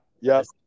yes